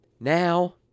Now